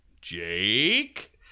Jake